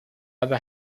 other